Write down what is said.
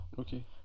Okay